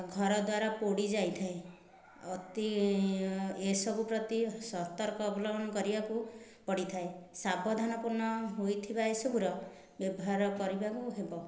ଘରଦ୍ୱାର ପୋଡ଼ି ଯାଇଥାଏ ଅତି ଏହିସବୁ ପ୍ରତି ସତର୍କ ଅବଲମ୍ବନ କରିବାକୁ ପଡ଼ିଥାଏ ସାବଧାନ ପୂର୍ଣ୍ଣ ହୋଇଥିବା ଏହିସବୁର ବ୍ୟବହାର କରିବାକୁ ହେବ